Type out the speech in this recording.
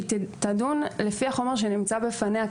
היא תדון לפי החומר שנמצא בפניה.